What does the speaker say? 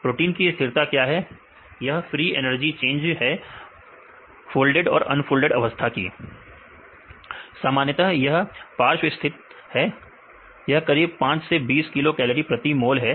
protein की स्थिरता क्या है यह फ्री एनर्जी चेंज है फोल्डड और अनफोल्डड अवस्था की सामान्यता यह पार्श्व स्थित है यह करीब 5 से 20 किलो कैलोरी प्रति मोल है